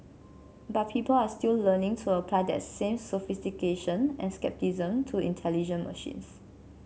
but people are still learning to apply that same sophistication and scepticism to intelligent machines